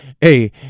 hey